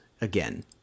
again